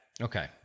okay